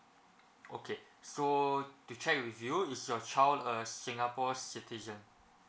okay so to check with you is your child a singapore citizen